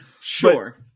Sure